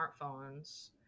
smartphones